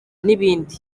n’ibindi